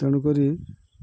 ତେଣୁକରି